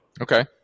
Okay